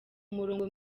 murongo